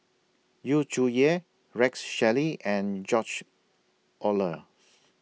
Yu Zhuye Rex Shelley and George Oehlers